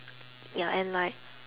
ya and like